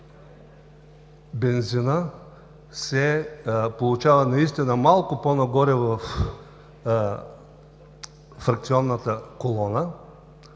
Бензинът се получава наистина малко по-нагоре във фракционната колона,